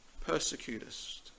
persecutest